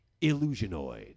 Illusionoid